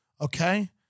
okay